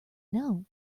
know